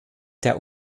der